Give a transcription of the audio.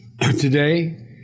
Today